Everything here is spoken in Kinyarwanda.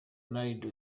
ronaldo